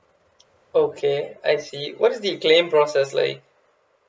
okay I see what is the claim process like